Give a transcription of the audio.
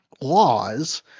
laws